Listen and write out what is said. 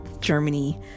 Germany